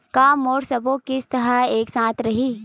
का मोर सबो किस्त ह एक समान रहि?